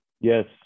Yes